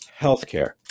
healthcare